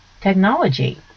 technology